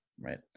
right